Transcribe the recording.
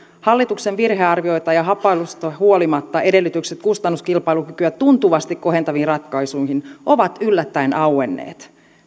hallituksen virhearvioista ja hapuilusta huolimatta edellytykset kustannuskilpailukykyä tuntuvasti kohentaviin ratkaisuihin ovat yllättäen auenneet